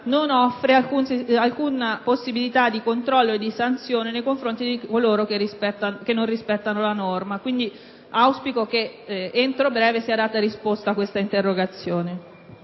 non offre alcuna possibilità di controllo e di sanzione nei confronti di coloro che non rispettano la norma. Auspico, quindi, che entro breve sia data risposta a questa interrogazione.